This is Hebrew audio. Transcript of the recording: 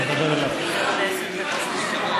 תראו איזו אנרגיה טובה.